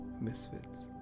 Misfits